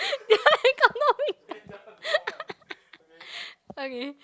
the other hand got no finger okay